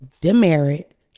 Demerit